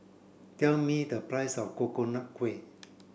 tell me the price of Coconut Kuih